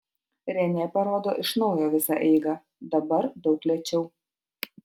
renė parodo iš naujo visą eigą dabar daug lėčiau